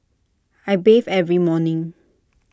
I bathe every morning